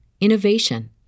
innovation